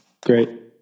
Great